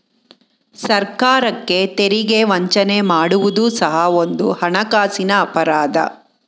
ಸರ್ಕಾರಕ್ಕೆ ತೆರಿಗೆ ವಂಚನೆ ಮಾಡುವುದು ಸಹ ಒಂದು ಹಣಕಾಸಿನ ಅಪರಾಧ